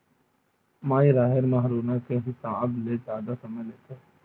माई राहेर ह हरूना के हिसाब ले जादा समय लेथे